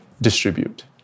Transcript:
distribute